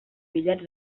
bitllets